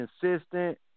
consistent